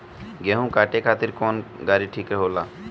गेहूं काटे खातिर कौन गाड़ी ठीक होला?